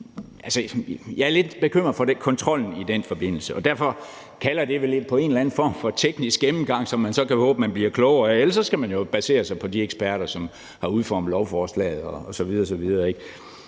Jeg er lidt bekymret for kontrollen i den forbindelse, og derfor kalder det vel på en eller anden form for teknisk gennemgang, som man så kan håbe på man bliver klogere af. Ellers skal man jo basere sig på de eksperter, som har udformet lovforslaget osv. osv.